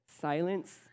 silence